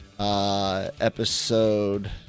Episode